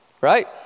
right